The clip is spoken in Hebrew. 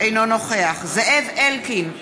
אינו נוכח זאב אלקין,